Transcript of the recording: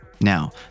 Now